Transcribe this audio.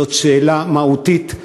זאת שאלה מהותית.